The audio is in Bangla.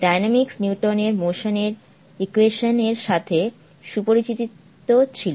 ডাইনামিক্স নিউটনের এর মোশন এর ইকুয়েশন এর সাথে সুপরিচিত ছিল